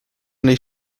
nicht